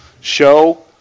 show